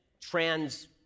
trans